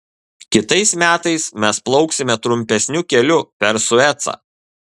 kitais metais mes plauksime trumpesniu keliu per suecą